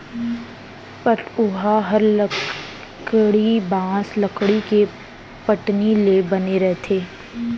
पटउहॉं हर लकड़ी, बॉंस, लकड़ी के पटनी ले बने रथे